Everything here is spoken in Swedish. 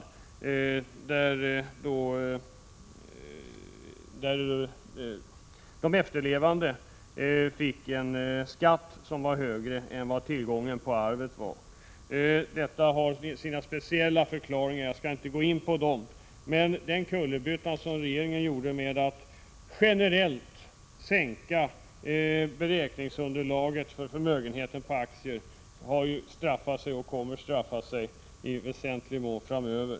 I det fallet fick de efterlevande en skatt som var större än tillgången i form av arvet. Detta har sina speciella förklaringar, som jag inte skall gå in på. Men den kullerbytta regeringen gjorde genom att generellt sänka beräkningsunderlaget för förmögenhet på aktier har straffat sig och kommer att straffa sig i väsentlig mån framöver.